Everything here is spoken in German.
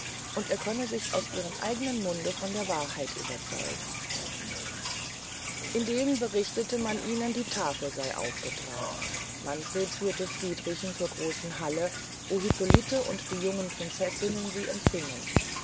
also er könne sich aus ihrem eignen munde von der wahrheit überzeugen indem berichtete man ihnen die tafel sey aufgetragen manfred führte friedrichen zur großen halle wo hippolite und die jungen prinzessinnen sie empfingen